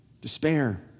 despair